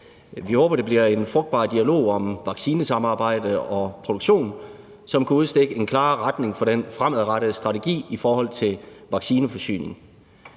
Vi håber, det bliver en frugtbar dialog om vaccinesamarbejde og -produktion, som kan udstikke en klarere retning for den fremadrettede strategi i forhold til vaccineforsyning.